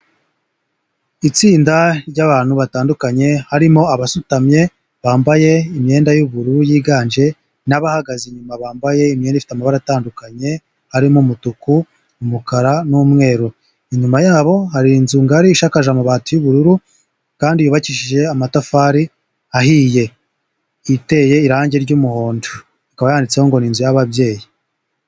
Itsinda ry'abantu batandukanye harimo abasutamye bambaye imyenda y'ubururu yiganje, n'abahagaze inyuma bambaye imyenda ifite amabara atandukanye, harimo umutuku, umukara n'umweru, inyuma yabo hari inzu ngari ishakaje amabati y'ubururu kandi yubakishije amatafari ahiye, iteye irangi ry'umuhondo ikaba yanditseho ngo inzu y'ababyeyi.